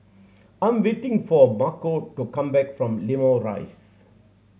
I'm waiting for Marco to come back from Limau Rise